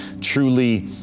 truly